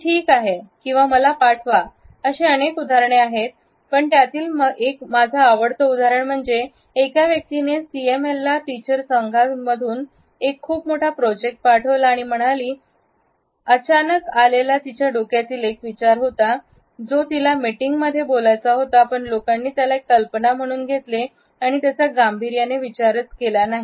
मी ठीक आहे किंवा मला पाठवा अशी अनेक उदाहरणे आहेत पण त्यातील एक माझा आवडतं उदाहरण एका व्यक्तीने सीएमएलला टीचर संघामधून एक खूप मोठा प्रोजेक्ट पाठवला आणि म्हणाली अचानक आलेला तीचे डोक्यातील एक विचार होता ज्योतीला मिटिंग मध्ये बोलायचं होता पण लोकांनी त्याला एक कल्पना म्हणून घेतले त्याचा गांभीर्याने विचारच केला नाही